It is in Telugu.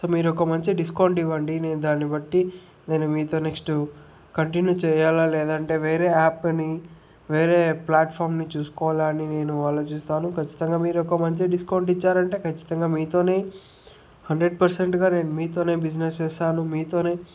సో మీరు ఒక మంచి డిస్కౌంట్ ఇవ్వండి నేను దాన్ని బట్టి నేను మీతో నెక్స్ట్ కంటిన్యూ చేయాలా లేదంటే వేరే యాప్ని వేరే ప్లాట్ఫార్మ్ని చూసుకోవాలా అని నేను ఆలోచిస్తాను ఖచ్చితంగా మీరు ఒక మంచి డిస్కౌంట్ ఇచ్చారంటే ఖచ్చితంగా మీతోని హండ్రెడ్ పర్సెంట్గా నేను మీతోనే బిజినెస్ చేస్తాను మీతోనే